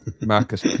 Marcus